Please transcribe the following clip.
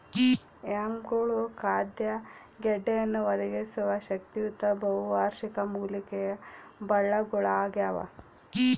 ಯಾಮ್ಗಳು ಖಾದ್ಯ ಗೆಡ್ಡೆಯನ್ನು ಒದಗಿಸುವ ಶಕ್ತಿಯುತ ಬಹುವಾರ್ಷಿಕ ಮೂಲಿಕೆಯ ಬಳ್ಳಗುಳಾಗ್ಯವ